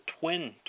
twin